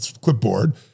clipboard